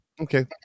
okay